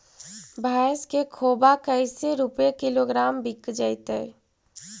भैस के खोबा कैसे रूपये किलोग्राम बिक जइतै?